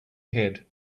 head